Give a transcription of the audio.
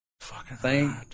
Thank